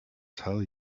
tell